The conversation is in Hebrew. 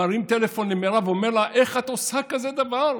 מרים טלפון למרב ואומר לה: איך את עושה כזה דבר?